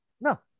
No